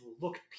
look